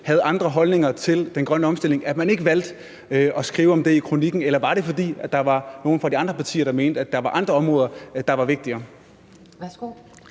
havde andre holdninger til den grønne omstilling, at man ikke valgte at skrive om det i kronikken, eller var det, fordi der var nogle fra de andre partier, der mente, at der var andre områder, der var vigtigere?